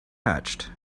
hatched